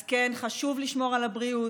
אז כן, חשוב לשמור על הבריאות,